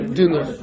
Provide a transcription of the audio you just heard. dinner